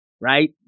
right